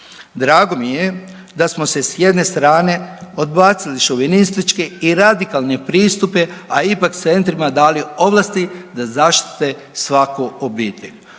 Drago mi je da smo se s jedne strane odbacili šovinistički i radikalne pristupe, a ipak centrima dali ovlasti da zaštite svaku obitelj.